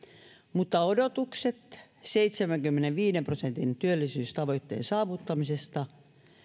mutta odotukset seitsemänkymmenenviiden prosentin työllisyystavoitteen saavuttamisesta